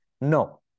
No